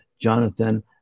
Jonathan